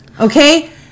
okay